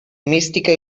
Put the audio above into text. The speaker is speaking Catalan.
mística